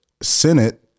senate